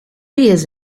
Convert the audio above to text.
years